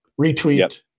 retweet